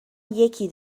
یکی